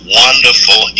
wonderful